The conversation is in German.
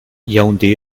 yaoundé